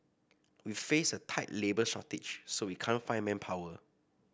we face a tight labour shortage so we can't find manpower